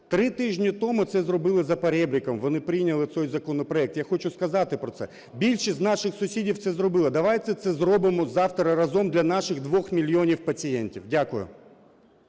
три тижні тому це зробили за поребриком, вони прийняли цей законопроект. Я хочу сказати про це: більшість з наших сусідів це зробили. Давайте це зробимо завтра разом для наших двох мільйонів пацієнтів. Дякую.